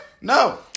No